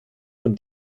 von